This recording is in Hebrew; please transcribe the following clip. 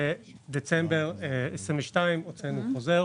בדצמבר 2022 הוצאנו חוזר,